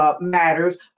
Matters